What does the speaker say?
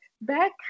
Back